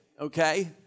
okay